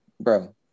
Bro